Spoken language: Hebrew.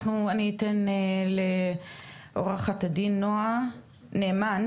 אני אתן לעורכת הדין נועה נאמן